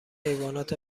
حیوانات